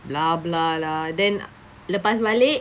bla bla lah then lepas balik